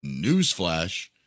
Newsflash